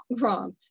wrong